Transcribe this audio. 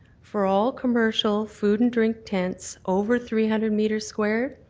for all commercial food and drink tents over three hundred metres square,